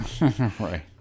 Right